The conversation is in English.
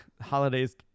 holidays